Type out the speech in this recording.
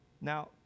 Now